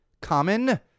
common